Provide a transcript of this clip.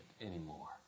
anymore